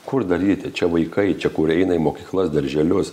kur daryti čia vaikai čia kurie eina į mokyklas darželius